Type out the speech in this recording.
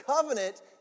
covenant